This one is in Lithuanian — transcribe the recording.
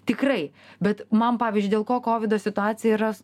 tikrai bet man pavyzdžiui dėl ko kovido situacija yra